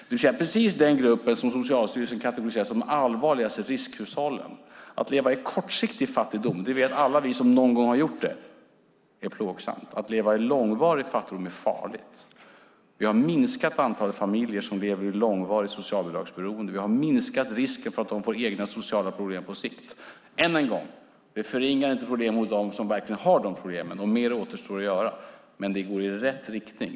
Det är precis den grupp som Socialstyrelsen kategoriserar som de allvarligaste riskhushållen. Att leva i kortsiktigt fattigdom är plågsamt. Det vet alla vi som någon gång har gjort det. Att leva i långvarig fattigdom är farligt. Vi har minskat antalet familjer som lever i långvarit socialbidragsberoende. Vi har minskat risken för att de får egna sociala problem på sikt. Men än en gång, det förringar inte problemen hos dem som verkligen har de problemen. Mer återstår att göra, men det går i rätt riktning.